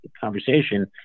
conversation